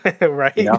Right